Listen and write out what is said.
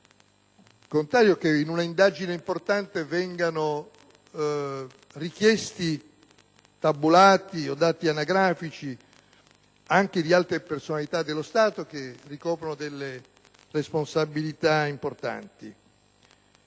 al fatto che, in una indagine importante, vengano richiesti tabulati o dati anagrafici anche di alte personalità dello Stato che ricoprono delle responsabilità importanti.